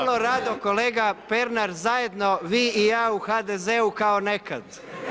Vrlo rado kolega Pernar zajedno vi i ja u HDZ-u kao nekad.